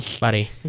buddy